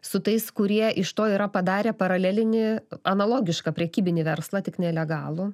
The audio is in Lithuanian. su tais kurie iš to yra padarę paralelinį analogišką prekybinį verslą tik nelegalų